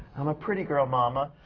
i'm a pretty girl, mama,